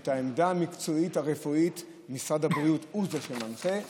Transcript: שאת העמדה המקצועית הרפואית משרד הבריאות הוא שמנחה.